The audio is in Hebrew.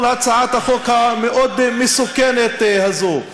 מול הצעת החוק המאוד-המסוכנת הזאת.